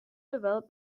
developed